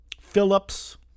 Phillips